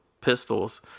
pistols